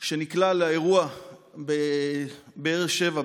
שנקלע לאירוע בבאר שבע,